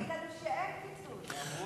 ולהגיד לנו שאין קיצוץ.